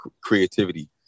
creativity